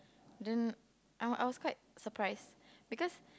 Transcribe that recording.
then I was I was quite surprised because